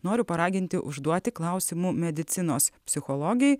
noriu paraginti užduoti klausimų medicinos psichologei